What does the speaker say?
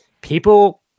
people